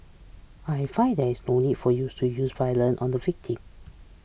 I find there is no need for you to use violence on the victim